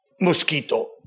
Mosquito